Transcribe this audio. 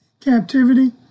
captivity